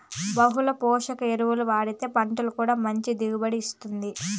బహుళ పోషక ఎరువులు వాడితే పంట కూడా మంచి దిగుబడిని ఇత్తుంది